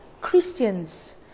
christians